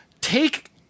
take